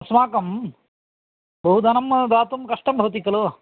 अस्माकं बहु धनं दातुं कष्टं भवति खलु